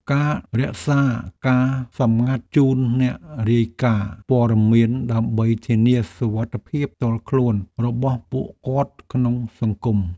ការរក្សាការសម្ងាត់ជូនអ្នករាយការណ៍ព័ត៌មានដើម្បីធានាសុវត្ថិភាពផ្ទាល់ខ្លួនរបស់ពួកគាត់ក្នុងសង្គម។